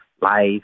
life